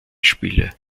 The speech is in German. spiele